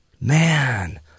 Man